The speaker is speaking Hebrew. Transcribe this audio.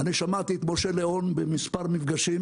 אני שמעתי את משה לאון במספר מפגשים,